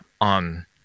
on